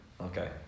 Okay